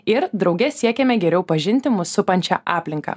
ir drauge siekiame geriau pažinti mus supančią aplinką